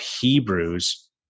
Hebrews